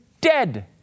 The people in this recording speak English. dead